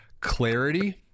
clarity